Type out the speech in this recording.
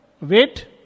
wait